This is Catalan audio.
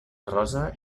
rosa